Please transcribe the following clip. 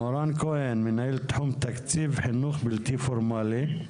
מורן כהן, מנהל תחום תקציב חינוך בלתי פורמאלי.